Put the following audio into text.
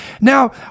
Now